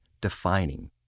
defining